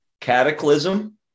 cataclysm